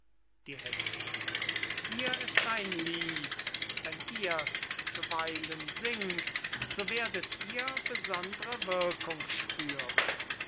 die hexe hier ist ein lied wenn ihr's zuweilen singt so werdet ihr besondre würkung spüren